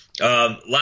Last